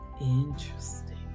Interesting